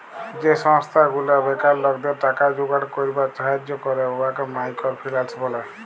যে সংস্থা গুলা বেকার লকদের টাকা জুগাড় ক্যইরবার ছাহাজ্জ্য ক্যরে উয়াকে মাইকর ফিল্যাল্স ব্যলে